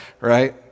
Right